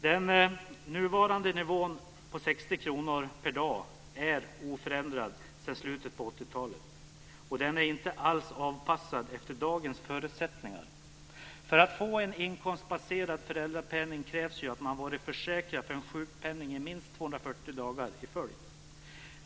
Den nuvarande nivån på 60 kr per dag är oförändrad sedan slutet av 80-talet, och den är inte alls avpassad efter dagens förutsättningar. För att få en inkomstbaserad föräldrapenning krävs ju att man har varit försäkrad för en sjukpenning i minst 240 dagar i följd.